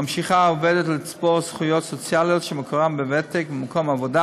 ממשיכה העובדת לצבור זכויות סוציאליות שמקורן בוותק במקום העבודה,